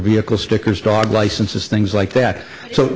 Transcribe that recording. vehicle stickers dog licenses things like that so